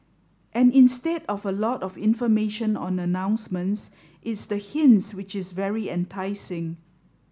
and instead of a lot of information on announcements it's the hints which is very enticing